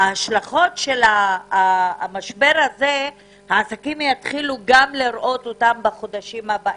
את השלכות המשבר הזה העסקים יתחילו לראות אותם גם בחודשים הבאים.